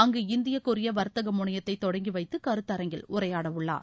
அங்கு இந்திய கொரியா வர்த்தக முனையத்தை தொடங்கி வைத்து கருத்தாங்கில் உரையாடவுள்ளார்